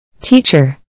Teacher